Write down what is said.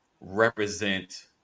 represent